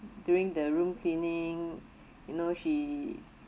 during the room cleaning you know she